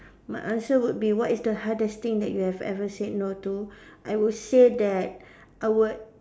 my answer would be what is the hardest thing that you have ever said no to I would say that I would